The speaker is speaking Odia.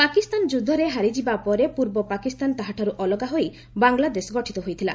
ପାକିସ୍ତାନ ଯୁଦ୍ଧରେ ହାରିଯିବା ପରେ ପୂର୍ବ ପାକିସ୍ତାନ ତାହାଠାରୁ ଅଲଗା ହୋଇ ବାଂଲାଦେଶ ଗଠିତ ହୋଇଥିଲା